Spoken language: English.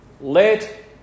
let